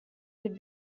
would